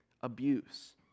abuse